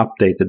updated